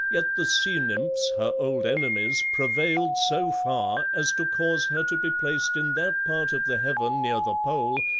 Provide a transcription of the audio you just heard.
yet the sea-nymphs, her old enemies, prevailed so far as to cause her to be placed in that part of the heaven near the pole,